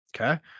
Okay